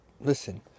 listen